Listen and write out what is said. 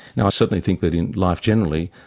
now i certainly think that in life generally,